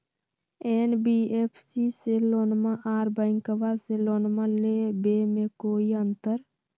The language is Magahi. एन.बी.एफ.सी से लोनमा आर बैंकबा से लोनमा ले बे में कोइ अंतर?